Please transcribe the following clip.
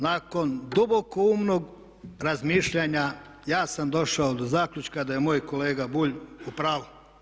Nakon dubokoumnog razmišljanja ja sam došao do zaključka da je moj kolega Bulj u pravu.